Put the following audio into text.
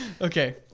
Okay